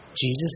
Jesus